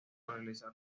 realizar